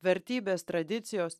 vertybės tradicijos